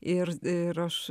ir ir aš